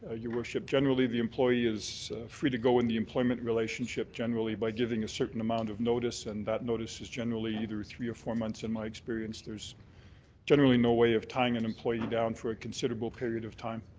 ah your worship. generally, the employee is free to go when the employment relationship by by giving a certain amount of notice and that notice is generally either three or four months in my experience. there's generally no way of tying an employee down for a considerable period of time.